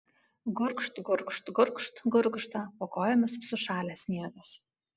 gurgžt gurgžt gurgžt gurgžda po kojomis sušalęs sniegas